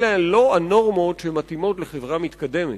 אלה לא הנורמות שמתאימות לחברה מתקדמת.